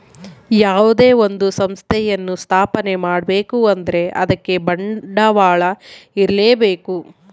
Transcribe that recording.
ಯಾವುದೇ ಒಂದು ಸಂಸ್ಥೆಯನ್ನು ಸ್ಥಾಪನೆ ಮಾಡ್ಬೇಕು ಅಂದ್ರೆ ಅದಕ್ಕೆ ಬಂಡವಾಳ ಇರ್ಲೇಬೇಕು